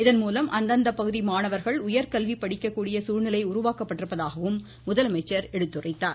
இதனால் மூலம் அந்தந்த பகுதி மாணவர்கள் உயர்கல்வி படிக்க கூடிய சூழ்நிலை உருவாக்கப்பட்டிருப்பதாகவும் முதலமைச்சர் எடுத்துரைத்தார்